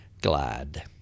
glad